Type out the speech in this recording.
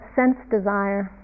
sense-desire